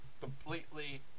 completely